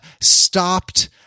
stopped